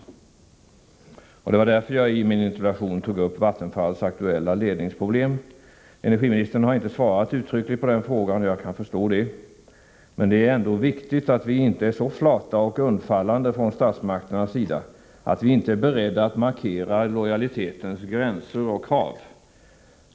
Det var av den anledningen som jag i min interpellation tog upp de aktuella problemen inom Vattenfalls ledning. Energiministern har inte uttryckligen svarat därvidlag, och det kan jag förstå. Vi får dock inte från statsmakternas sida vara så flata och undfallande att vi inte är beredda att markera lojalitetens gränser och krav.